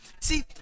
See